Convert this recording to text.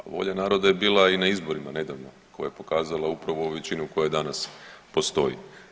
A volja naroda je bila i na izborima nedavno koja je pokazala upravo većinu koja danas postoji.